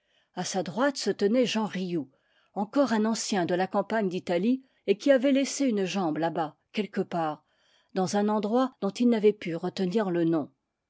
sa droite se tenait jean riou encore un ancien de la campagne d'italie et qui avait laissé une jambe là-bas quelque part dans un endroit dont il n'avait pu retenir le nom